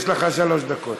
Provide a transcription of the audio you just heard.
יש לך שלוש דקות.